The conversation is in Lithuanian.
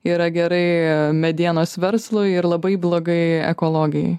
yra gerai medienos verslui ir labai blogai ekologijai